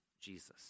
Jesus